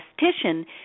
statistician